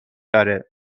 داره